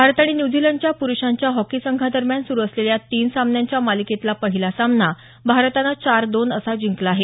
भारत आणि न्यूझीलंडच्या प्रुषांच्या हॉकी संघांदरम्यान सुरु असलेल्या तीन सामन्यांच्या मालिकेतला पहिला सामना भारतानं चार दोन असा जिंकला आहे